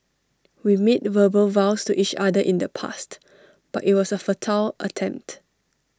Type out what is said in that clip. we made verbal vows to each other in the past but IT was A futile attempt